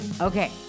Okay